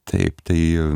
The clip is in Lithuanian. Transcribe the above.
taip tai